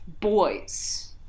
boys